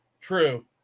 True